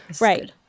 Right